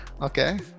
okay